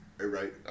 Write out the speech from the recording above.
Right